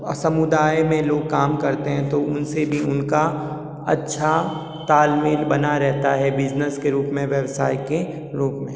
समुदाए में लोग काम करते हैं तो उनसे भी उनका अच्छा तालमेल बना रहता है बिजनेस के रूप में व्यवसाए के रूप में